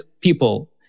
people